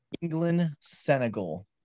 England-Senegal